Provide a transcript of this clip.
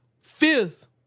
fifth